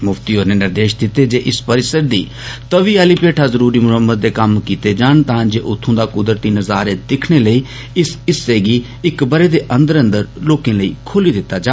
मुफ्ती होरें निर्देष दिते जे इस परिसर दी तवी आहली भेठा ज़रूरी मुरम्मत दे कम्म कीते जान तां जे उत्थू दा कुदरती नज़ारे दिक्खने लेई इस हिस्से गी इक बरें दे अन्दर अन्दर लोकें लेई खोली दिता जा